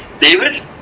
david